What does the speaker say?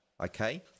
Okay